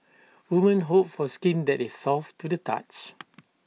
women hope for skin that is soft to the touch